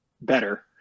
better